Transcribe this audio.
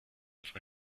for